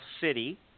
City